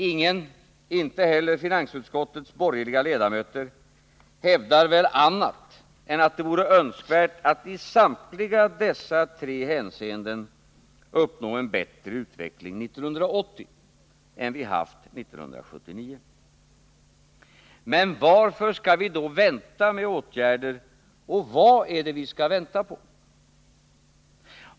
Ingen —- inte heller finansutskottets borgerliga ledamöter — hävdar väl annat än att det vore önskvärt att i samtliga dessa tre hänseenden uppnå en bättre utveckling 1980 än vi haft 1979. Men varför skall vi då vänta med åtgärder, och vad är det vi skall vänta på?